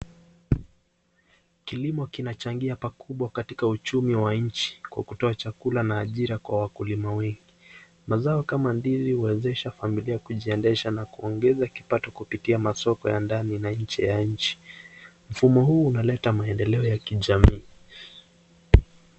Kilimo kinachangia pakubwa katika uchumi wa nchi, kwa kutoa chakula na ajira kwa wakulima wengi. Mazao kama ndizi, huwezesha familia kujiendesha na kuongeza kipato kupitia masoko ya ndani na nje ya nchi. Mfumo huu unaleta naendeleo ya kijamii.